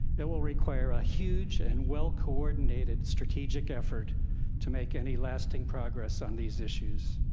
it will require a huge and well coordinated strategic effort to make any lasting progress on these issues.